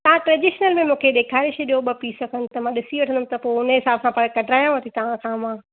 तव्हां ट्रैडीशनल मे मूंखे ॾेखारे छॾियो ॿ पीस खनि त मां ॾिसी वठंदमि त पोइ हुनजे हिसाबु सां पर कढरायांव थी तव्हां खां मां